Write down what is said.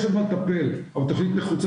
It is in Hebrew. יש עוד מה לטפל, אבל התכנית נחוצה.